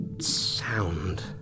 sound